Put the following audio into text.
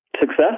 success